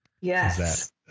Yes